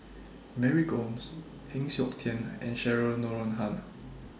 Mary Gomes Heng Siok Tian and Cheryl Noronha